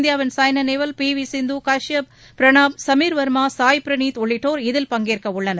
இந்தியாவின் Saina Nehwal P V Sindhu Kashyap Prannoy Sameer Verma Sai Praneeth உள்ளிட்டோர் இதில் பங்கேற்க உள்ளனர்